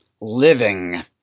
Living